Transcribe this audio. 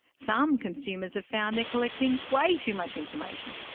some consumers have found they're collecting way too much information.